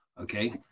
okay